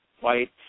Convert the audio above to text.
white